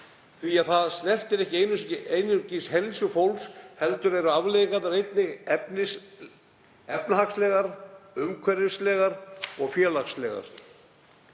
því að það snertir ekki einungis heilsu fólks heldur eru afleiðingarnar einnig efnahagslegar, umhverfislegar og félagslegar.